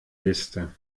liste